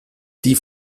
die